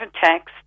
text